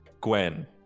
Gwen